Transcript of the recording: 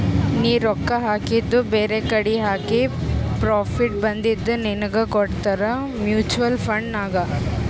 ನೀ ರೊಕ್ಕಾ ಹಾಕಿದು ಬೇರೆಕಡಿ ಹಾಕಿ ಪ್ರಾಫಿಟ್ ಬಂದಿದು ನಿನ್ನುಗ್ ಕೊಡ್ತಾರ ಮೂಚುವಲ್ ಫಂಡ್ ನಾಗ್